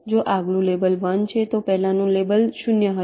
જો આગલું લેબલ 1 છે તો પહેલાનું લેબલ 0 હશે